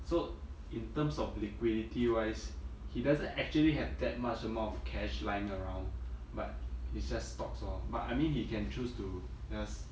so in terms of liquidity wise he doesn't actually have that much amount of cash lying around but it's just stocks lor but I mean he can choose to just